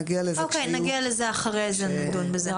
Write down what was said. נגיע לזה לאחר מכן.